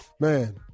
Man